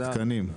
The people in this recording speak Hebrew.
תקנים.